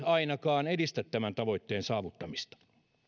ainakaan edistä tämän tavoitteen saavuttamista